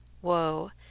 Whoa